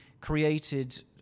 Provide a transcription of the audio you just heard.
created